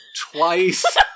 twice